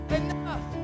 enough